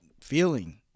feeling